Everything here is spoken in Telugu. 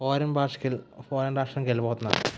ఫారిన్ భాషకి వెళ్ళి ఫారెన్ రాష్ట్రానికి వెళ్ళిపోతున్నారు